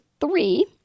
three